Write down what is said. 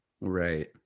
Right